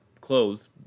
clothes